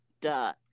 duh